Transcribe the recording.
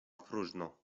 próżno